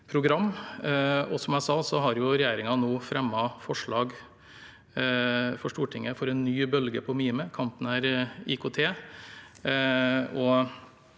Som jeg sa, har regjeringen fremmet forslag for Stortinget om en ny bølge på Mime, kampnær IKT.